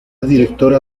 directora